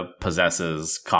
possesses